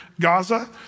Gaza